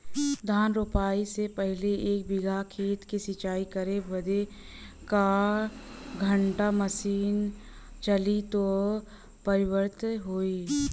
धान रोपाई से पहिले एक बिघा खेत के सिंचाई करे बदे क घंटा मशीन चली तू पर्याप्त होई?